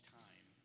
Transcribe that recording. time